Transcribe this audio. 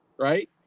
right